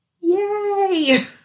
yay